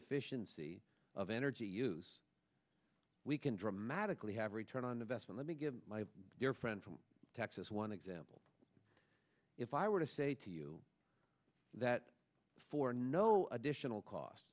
efficiency of energy use we can dramatically have return on investment let me give my dear friend from texas one example if i were to say to you that for no additional cost